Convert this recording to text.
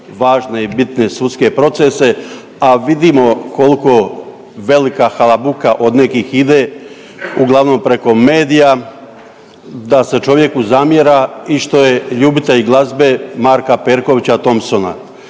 važne i bitne sudske procese, a vidimo koliko velika halabuka od nekih ide, uglavnom preko medija da se čovjeku zamjera i što je ljubitelj glazbe Marka Perkovića Thompsona.